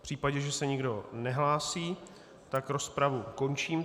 V případě, že se nikdo nehlásí, tak rozpravu končím.